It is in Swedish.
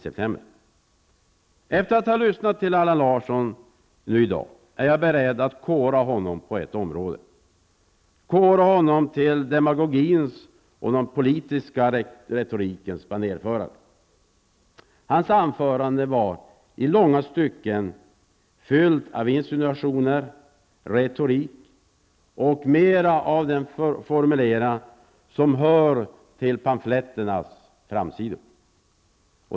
Efter att ha lyssnat till Allan Larsson i dag är jag beredd att kora honom på ett område: till demagogins och den politiska retorikens banérförare. Hans anförande var i långa stycken fyllt av insinuationer, retorik och mera av den formulering som hör till pamfletternas framsidor.